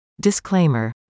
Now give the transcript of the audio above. Disclaimer